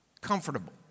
Comfortable